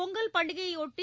பொங்கல் பண்டிகையையொட்டி